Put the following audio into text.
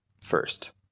First